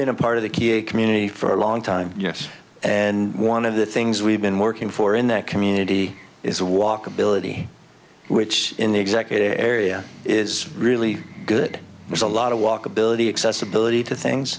been a part of the key a community for a long time yes and one of the things we've been working for in that community is a walkability which in the executive area is really good there's a lot of walkability accessibility to things